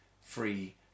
free